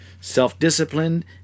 Self-disciplined